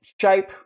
shape